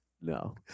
No